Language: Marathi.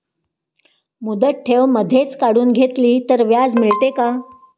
मुदत ठेव मधेच काढून घेतली तर व्याज मिळते का?